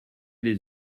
les